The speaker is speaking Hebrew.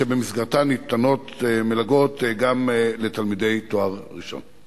שבמסגרתה ניתנות מלגות גם לתלמידי תואר ראשון.